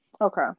Okay